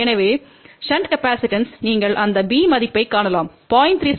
எனவே shunt capacitance நீங்கள் அந்த b மதிப்பைக் காணலாம் 0